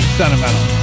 sentimental